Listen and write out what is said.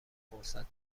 فرصت